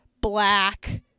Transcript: black